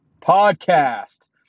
podcast